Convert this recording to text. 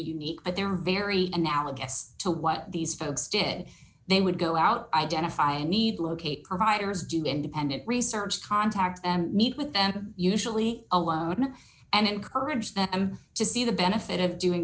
unique but they're very analogous to what these folks did they would go out identify a need locate providers do independent research contacts and meet with them usually alone and encourage them to see the benefit of doing